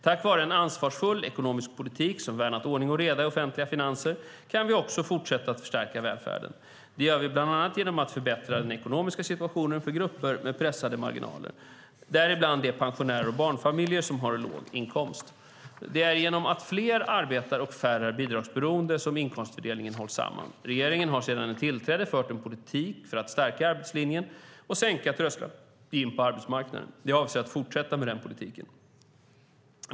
Tack vare en ansvarsfull ekonomisk politik som värnat ordning och reda i de offentliga finanserna kan vi också fortsätta att stärka välfärden. Det gör vi bland annat genom att förbättra den ekonomiska situationen för grupper med pressade marginaler, däribland de pensionärer och barnfamiljer som har låg inkomst. Det är genom att fler arbetar och färre är bidragsberoende som inkomstfördelningen hålls samman. Regeringen har sedan den tillträdde fört en politik för att stärka arbetslinjen och sänka trösklarna in på arbetsmarknaden. Jag avser att fortsätta med den politiken.